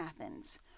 Athens